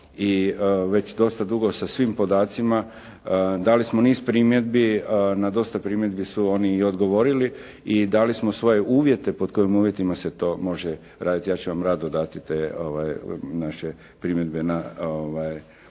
I već dosta dugo sa svim podacima dali smo niz primjedbi. Na dosta primjedbi su oni i odgovorili i dali smo svoje uvjete pod kojim uvjetima se to može raditi. Ja ću vam rado dati te naše primjedbe na,